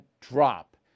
drop